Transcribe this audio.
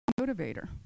motivator